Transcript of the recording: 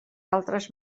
altres